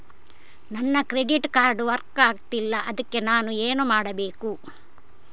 ನನ್ನ credit card work ಆಗ್ತಿಲ್ಲ ಅದ್ಕೆ ನಾನು ಎಂತ ಮಾಡಬೇಕು?